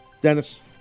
Dennis